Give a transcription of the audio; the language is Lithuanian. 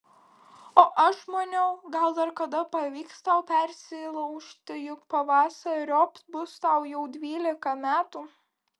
o aš maniau gal dar kada pavyks tau persilaužti juk pavasariop bus tau jau dvylika metų